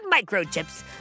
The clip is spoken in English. microchips